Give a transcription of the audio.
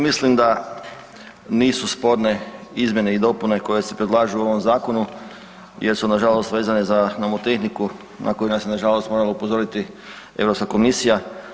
Mislim da nisu sporne izmjene i dopune koje se predlažu u ovom zakonu, jer su na žalost vezane za nomotehniku, na koju nas je na žalost morala upozoriti Europska komisija.